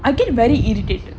I get very irritated